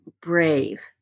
brave